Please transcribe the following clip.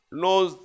knows